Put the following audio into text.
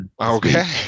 Okay